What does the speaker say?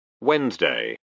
Wednesday